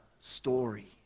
story